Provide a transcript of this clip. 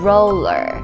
Roller 。